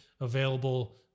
available